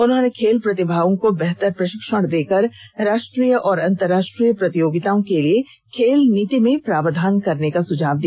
उन्होंने खेल प्रतिभाओं को बेहतर प्रशिक्षण देकर राष्ट्रीय और अंतराष्ट्रीय प्रतियोगिताओं के लिए खेल नीति में प्रावधान करने का सुझाव दिया